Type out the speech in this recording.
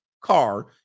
car